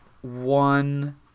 one